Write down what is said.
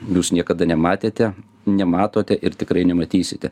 jūs niekada nematėte nematote ir tikrai nematysite